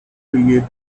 create